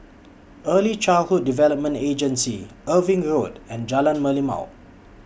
Early Childhood Development Agency Irving Road and Jalan Merlimau